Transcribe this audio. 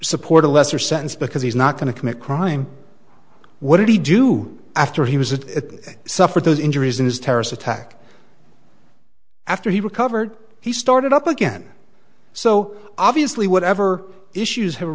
support a lesser sentence because he's not going to commit crime what did he do after he was it suffered those injuries in this terrorist attack after he recovered he started up again so obviously whatever issues have a